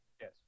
yes